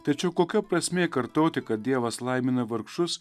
tačiau kokia prasmė kartoti kad dievas laimina vargšus